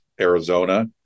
Arizona